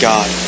God